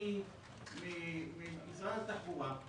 ממשרד התחבורה.